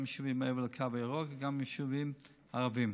גם ליישובים מעבר לקו הירוק וגם ליישובים ערביים.